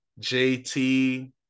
JT